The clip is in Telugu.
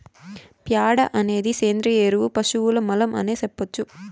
ప్యాడ అనేది సేంద్రియ ఎరువు పశువుల మలం అనే సెప్పొచ్చు